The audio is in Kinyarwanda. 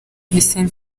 hussein